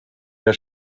der